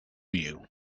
you